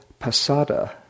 Pasada